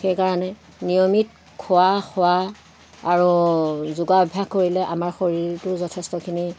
সেইকাৰণে নিয়মিত খোৱা শোৱা আৰু যোগাভ্যাস কৰিলে আমাৰ শৰীৰটো যথেষ্টখিনি